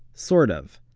sort of.